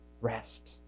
rest